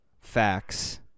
facts